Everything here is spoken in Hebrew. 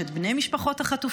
יש את בני משפחות החטופים,